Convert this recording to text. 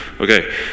Okay